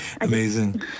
Amazing